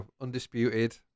undisputed